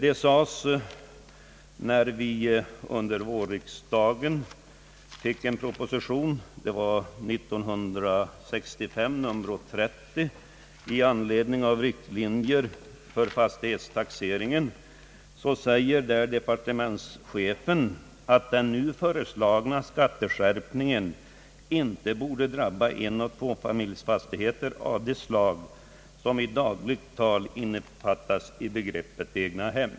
I proposition nr 30 år 1965 med riktlinjer för fastighetstaxeringen säger departementschefen, att den nu föreslagna skatteskärpningen inte borde drabba enoch tvåfamiljsfastigheter av det slag som i dagligt tal innefattas i begreppet egnahem.